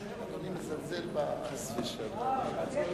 אני מכיר את חבר הכנסת חסון בתור